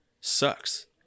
sucks